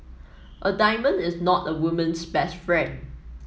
a diamond is not a woman's best friend